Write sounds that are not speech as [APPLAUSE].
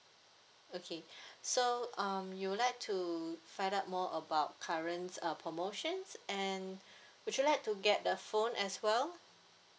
okay [BREATH] so um you would like to find out more about current uh promotions and would you like to get the phone as well